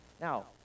now